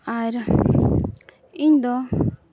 ᱟᱨ ᱤᱧᱫᱚ